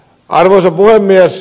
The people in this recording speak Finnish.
arvoisa puhemies